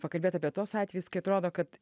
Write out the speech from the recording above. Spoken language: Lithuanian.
pakalbėt apie tuos atvejus kai atrodo kad